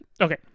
Okay